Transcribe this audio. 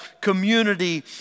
community